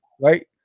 right